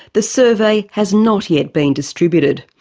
the survey has not yet been distributed.